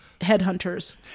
Headhunters